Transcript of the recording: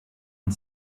une